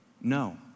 no